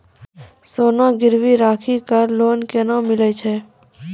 सोना गिरवी राखी कऽ लोन केना मिलै छै?